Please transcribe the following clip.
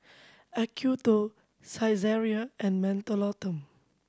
Acuto Saizeriya and